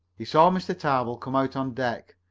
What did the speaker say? he saw mr. tarbill come out on deck,